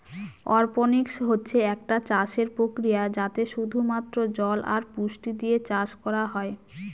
অরপনিক্স হচ্ছে একটা চাষের প্রক্রিয়া যাতে শুধু মাত্র জল আর পুষ্টি দিয়ে চাষ করা হয়